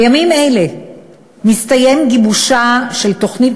בימים אלה מסתיים גיבושה של תוכנית